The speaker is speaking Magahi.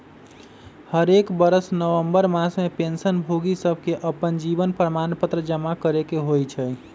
हरेक बरस नवंबर मास में पेंशन भोगि सभके अप्पन जीवन प्रमाण पत्र जमा करेके होइ छइ